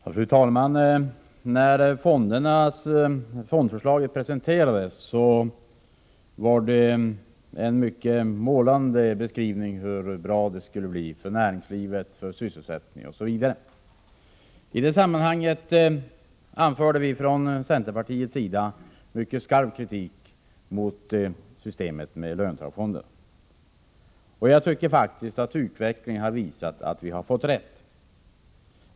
Fru talman! När fondförslaget presenterades gavs det en mycket målande beskrivning av hur bra det skulle bli för näringslivet, för sysselsättningen osv. I det sammanhanget anförde vi från centerpartiets sida mycket skarp kritik mot systemet med löntagarfonder. Utvecklingen har faktiskt visat att vi har fått rätt.